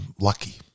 lucky